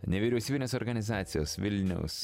nevyriausybinės organizacijos vilniaus